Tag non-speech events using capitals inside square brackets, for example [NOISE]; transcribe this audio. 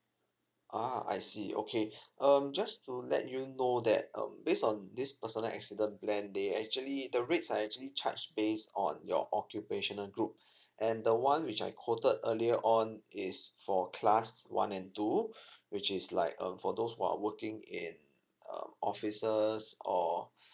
ah I see okay um just to let you know that um based on this personal accident plan they actually the rates are actually charge base on your occupational group and the one which I quoted earlier on is for class one and two [BREATH] which is like um for those who are working in uh offices or